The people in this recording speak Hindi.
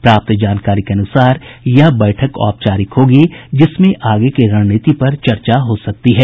प्राप्त जानकारी के अनुसार यह बैठक औपचारिक होगी जिसमें आगे की रणनीति पर चर्चा हो सकती है